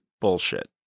bullshit